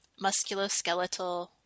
musculoskeletal